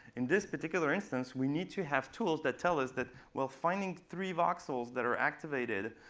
in this particular instance, we need to have tools that tell us that, well, finding three voxels that are activated